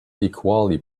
equally